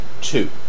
two